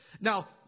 Now